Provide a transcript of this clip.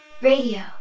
Radio